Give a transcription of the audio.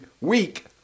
week